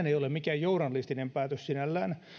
ei ole mikään journalistinen päätös sinällään